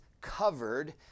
covered